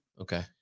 okay